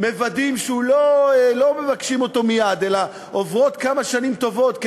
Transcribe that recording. לא מבקשים אותו מייד אלא עוברות כמה שנים טובות,